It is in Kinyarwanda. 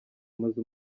umaze